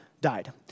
died